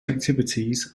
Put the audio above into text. activities